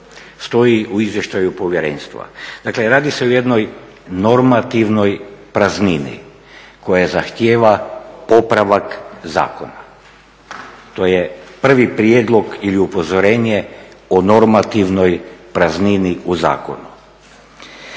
stoji u izvještaju povjerenstva. Dakle, radi se o jednoj normativnoj praznini koja zahtjeva popravak zakona. To je prvi prijedlog ili upozorenje o normativnoj praznini u zakonu.